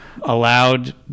allowed